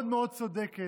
מאוד מאוד צודקת,